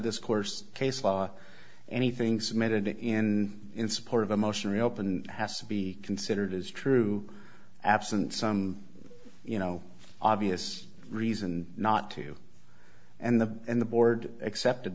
this course case law anything submitted in support of a motion reopen has to be considered as true absent some you know obvious reason not to and the and the board accepted